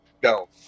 go